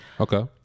Okay